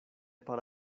para